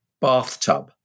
bathtub